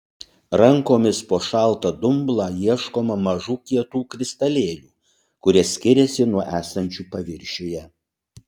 rankomis po šaltą dumblą ieškoma mažų kietų kristalėlių kurie skiriasi nuo esančių paviršiuje